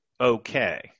okay